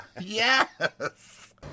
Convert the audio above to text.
Yes